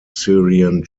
syrian